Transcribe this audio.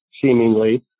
seemingly